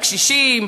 לקשישים,